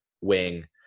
wing